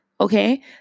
Okay